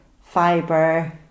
fiber